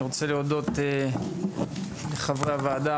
אני רוצה להודות לחברי הוועדה,